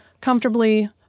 comfortably